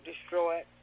destroyed